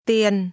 Tiền